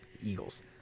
Eagles